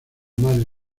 madre